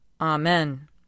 Amen